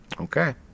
Okay